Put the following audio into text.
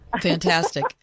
Fantastic